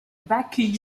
vacuum